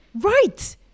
right